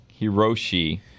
Hiroshi